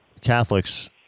Catholics